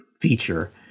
feature